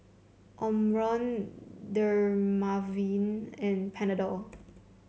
Omron Dermaveen and Panadol